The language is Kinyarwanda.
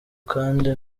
kandi